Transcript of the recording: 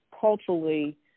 culturally